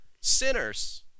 sinners